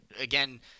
again